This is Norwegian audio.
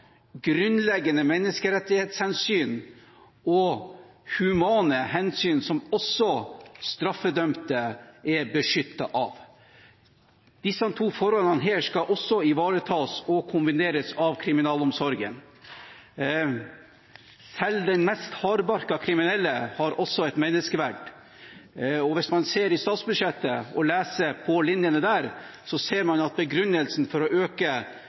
grunnleggende menneskerettighetshensyn og humane hensyn, som også straffedømte er beskyttet av. Disse to forholdene skal også ivaretas og kombineres av kriminalomsorgen. Selv den mest hardbarkede kriminelle har også et menneskeverd. Og hvis man leser statsbudsjettet, så ser man at begrunnelsen for å øke